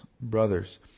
brothers